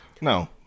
No